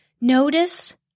Notice